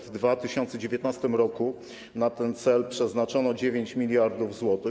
W 2019 r. na ten cel przeznaczono 9 mld zł.